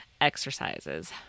exercises